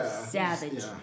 Savage